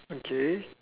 okay